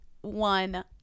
One